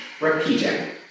Repeating